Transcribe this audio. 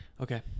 Okay